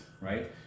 right